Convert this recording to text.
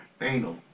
Anal